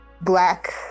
black